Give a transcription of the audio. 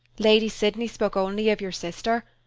lady sydney spoke only of your sister,